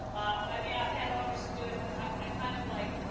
i mean, i've had offers to do it, but i kind of like